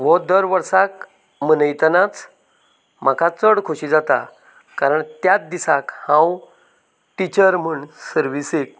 हो दर वर्साक मनयतनाच म्हाका चड खोशी जाता कारण त्याच दिसाक हांव टिचर म्हण सर्विसेक